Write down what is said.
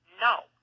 No